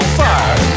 fire